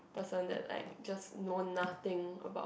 personate like just known nothing about